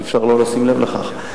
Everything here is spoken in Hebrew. אי-אפשר שלא לשים לב לכך.